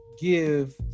give